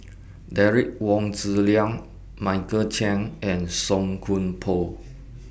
Derek Wong Zi Liang Michael Chiang and Song Koon Poh